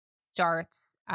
starts